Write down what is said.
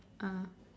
ah